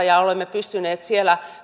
ja olemme pystyneet siellä